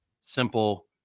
simple